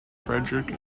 frederick